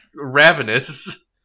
ravenous